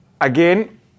again